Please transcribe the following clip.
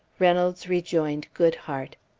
reynolds rejoined goodhart.